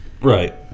Right